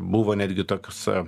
buvo netgi tokiose